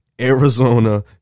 Arizona